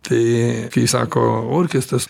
tai kai sako orkestras